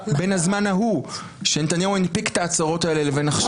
הזמן ההוא שנתניהו ניפק את ההצהרות האלה לבין היום?